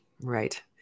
right